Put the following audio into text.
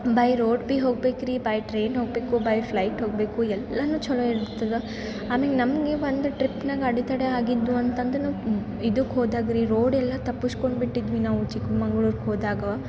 by road ಬಿ ಹೊಗ್ಬೇಕು ರೀ ಬೈ ಟ್ರೇನ್ ಹೊಗಬೇಕು ಬೈ ಫ್ಲೈಟ್ ಹೊಗಬೇಕು ಎಲ್ಲಾ ಚಲೋ ಇರ್ತದೆ ಆಮೆಗೆ ನಮಗೆ ಒಂದು ಟ್ರಿಪ್ನಾಗ ಅಡೆತಡೆ ಆಗಿದ್ದು ಅಂತಂದ್ರೆ ನಾವು ಇದಕ್ ಹೋದಾಗ್ರಿ ರೋಡೆಲ್ಲಾ ತಪ್ಪುಸ್ಕೊಂಡ್ ಬಿಟ್ಟಿದ್ವಿ ನಾವು ಚಿಕ್ಕಮಂಗ್ಳೂರ್ಗ್ ಹೋದಾಗ